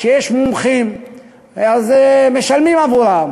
כשיש מומחים אז משלמים עבורם,